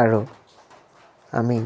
আৰু আমি